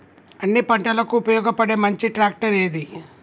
అన్ని పంటలకు ఉపయోగపడే మంచి ట్రాక్టర్ ఏది?